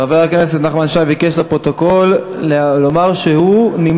חבר הכנסת נחמן שי ביקש לומר לפרוטוקול שהוא נמנע.